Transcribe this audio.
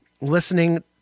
listening